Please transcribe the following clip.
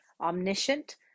Omniscient